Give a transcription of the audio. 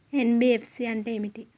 NBFC అంటే ఏమిటి?